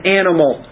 animal